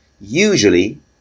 Usually